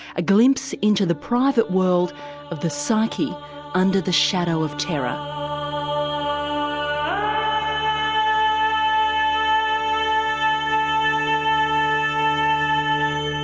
a glimpse into the private world of the psyche under the shadow of terror. um i